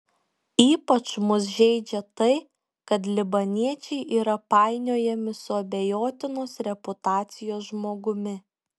ypač mus žeidžia tai kad libaniečiai yra painiojami su abejotinos reputacijos žmogumi